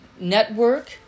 network